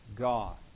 God